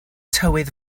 tywydd